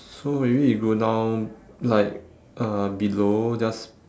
so maybe we go down like uh below just